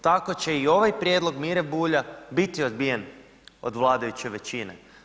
Tako će i ovaj prijedlog Mire Bulja biti odbijen od vladajuće većine.